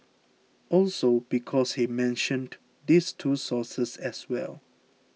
also because he mentioned these two sources as well